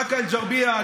באקה אל-גרבייה,